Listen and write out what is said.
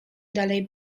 dalej